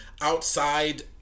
outside